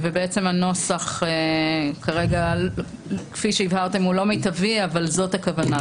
הנוסח כפי שהבהרתם הוא לא מיטבי אבל זאת הכוונה.